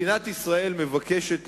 מדינת ישראל מבקשת,